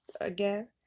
again